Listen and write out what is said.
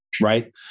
right